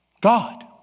God